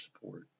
support